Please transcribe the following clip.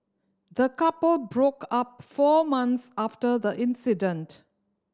the couple broke up four months after the incident